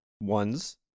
ones